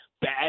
bad